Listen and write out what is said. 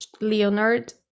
Leonard